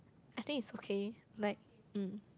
I think it's okay like mm